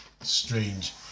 strange